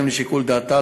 בהתאם לשיקול דעתה,